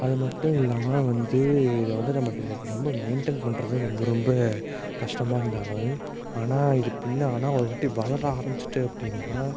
அது மட்டும் இல்லாமல் வந்து இதை வந்து நம்ம ரொம்ப மெயின்டெயின் பண்ணுறது ரொம்ப ரொம்ப கஷ்டமாக இருந்தாலும் ஆனால் இது பின்னே ஆனால் ஒரு வாட்டி வளர ஆரம்பிச்சுட்டு அப்படின்னா